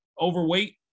overweight